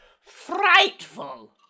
Frightful